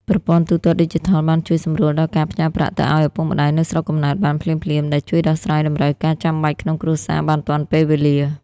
ប្រព័ន្ធទូទាត់ឌីជីថលបានជួយសម្រួលដល់ការផ្ញើប្រាក់ទៅឱ្យឪពុកម្ដាយនៅស្រុកកំណើតបានភ្លាមៗ ដែលជួយដោះស្រាយតម្រូវការចាំបាច់ក្នុងគ្រួសារបានទាន់ពេលវេលា។